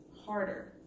harder